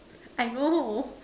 I know